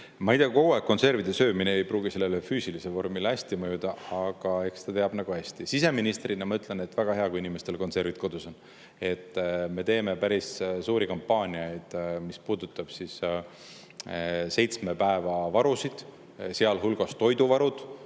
Ma ei tea, kogu aeg konservide söömine ei pruugi füüsilisele vormile hästi mõjuda, aga eks ta teab [paremini].Siseministrina ma ütlen, et väga hea, kui inimestel konservid kodus on. Me teeme päris suuri kampaaniaid, mis puudutab seitsme päeva varusid, sealhulgas toiduvarusid.